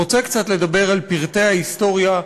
רוצה קצת לדבר על פרטי ההיסטוריה,